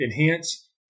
enhance